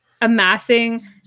amassing